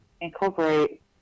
incorporate